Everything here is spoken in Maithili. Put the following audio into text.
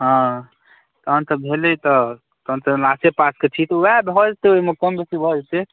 हँ तखन तऽ भेलै तऽ तखन तऽ आसे पासके छी उएह भऽ जेतै ओहिमे कम बेसी भऽ जेतै